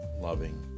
loving